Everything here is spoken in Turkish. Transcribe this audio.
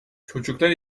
çocuklar